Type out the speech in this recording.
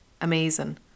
amazing